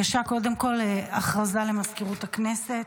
קודם כול הודעה למזכירות הכנסת.